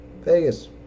Vegas